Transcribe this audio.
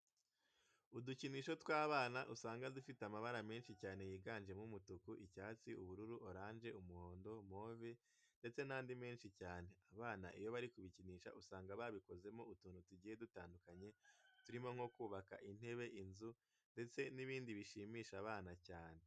Udukinisho tw'abana usanga dufite amabara menshi cyane yiganjemo umutuku, icyatsi, ubururu, oranje, umuhondo, move ndetse n'andi menshi cyane. Abana iyo bari kubikinisha usanga babikozemo utuntu tugiye dutandukanye turimo nko kubaka intebe, inzu ndetse n'ibindi bishimisha abana cyane.